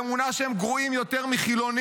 ואמונה שהם גרועים יותר מהחילונים,